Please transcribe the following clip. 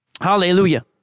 Hallelujah